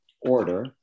order